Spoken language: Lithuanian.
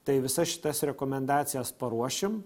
tai visas šitas rekomendacijas paruošim